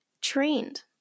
trained